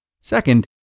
Second